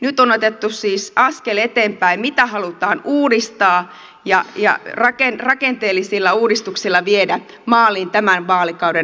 nyt on otettu siis askel eteenpäin mitä halutaan uudistaa ja rakenteellisilla uudistuksilla viedä maaliin tämän vaalikauden aikana